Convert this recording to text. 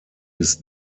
bis